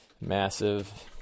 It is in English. massive